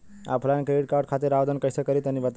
Offline credit card खातिर आवेदन कइसे करि तनि बताई?